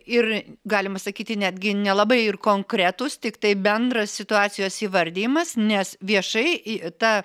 ir galima sakyti netgi nelabai ir konkretūs tiktai bendras situacijos įvardijimas nes viešai ta